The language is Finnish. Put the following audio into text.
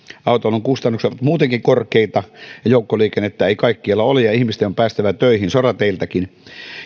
autoilun kustannukset ovat muutenkin korkeita ja joukkoliikennettä ei kaikkialla ole ja ihmisten on päästävä töihin sorateiltäkin